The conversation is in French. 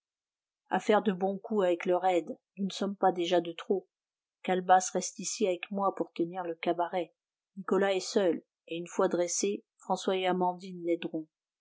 à faire de bons coups avec leur aide nous ne sommes pas déjà de trop calebasse reste ici avec moi pour tenir le cabaret nicolas est seul une fois dressés françois et amandine